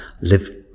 live